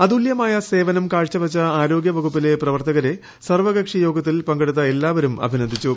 അതുല്യമായ സേവനം കാഴ്ച വച്ച ആരോഗ്യ വകുപ്പിലെ പ്രവർത്തകരെ സർവ്വകക്ഷി യോഗത്തിൽ പങ്കെടുത്ത് ഏവരും അഭിനന്ദിച്ചു